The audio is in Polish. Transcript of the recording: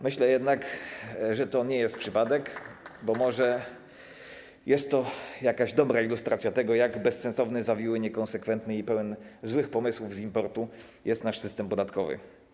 Myślę jednak, że to nie jest przypadek, bo może jest to dobra ilustracja tego, jak bezsensowny, zawiły, niekonsekwentny i pełen złych pomysłów z importu jest nasz system podatkowy.